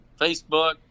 Facebook